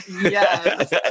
Yes